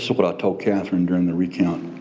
so what i told katherine during the recount.